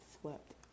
swept